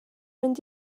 mynd